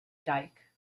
dyke